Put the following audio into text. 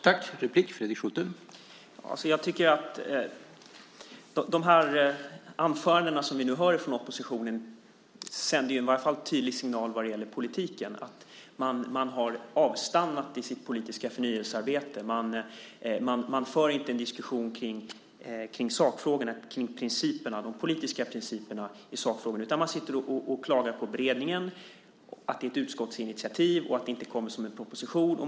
Herr talman! Jag tycker att de anföranden som vi nu hör från oppositionen sänder en tydlig signal vad gäller politiken. Man har avstannat i sitt politiska förnyelsearbete. Man för inte en diskussion om sakfrågorna, om de politiska principerna i sakfrågorna, utan man klagar på beredningen, på att det är ett utskottsinitiativ och på att det inte kommer som en proposition.